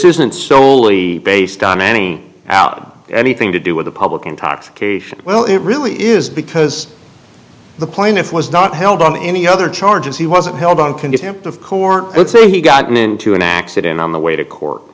isn't solely based on any out anything to do with the public intoxication well it really is because the plaintiff was not held on any other charges he wasn't held on can get him out of court let's say he got into an accident on the way to court